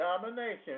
domination